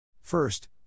First